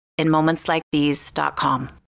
InMomentsLikeThese.com